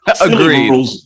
agreed